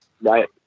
Right